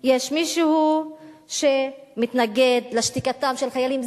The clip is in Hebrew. יש מישהו שמתנגד לשתיקתם של החיילים.